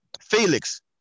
Felix